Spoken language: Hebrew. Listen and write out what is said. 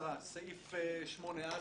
סעיף 8(א)